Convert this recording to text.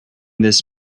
this